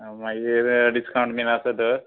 मागीर डिस्कावण्ट बीन आसा तर